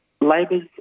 Labor's